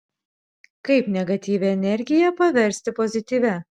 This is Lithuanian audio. kaip negatyvią energiją paversti pozityvia